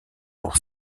pour